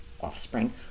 offspring